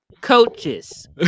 coaches